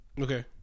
Okay